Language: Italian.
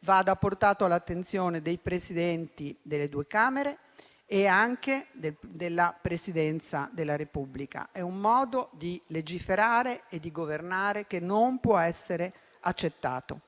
vada portato all'attenzione dei Presidenti delle due Camere e anche della Presidenza della Repubblica. È un modo di legiferare e di governare che non può essere accettato.